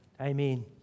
amen